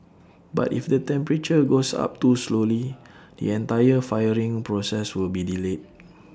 but if the temperature goes up too slowly the entire firing process will be delayed